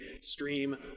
stream